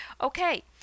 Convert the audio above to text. Okay